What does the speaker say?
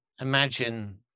imagine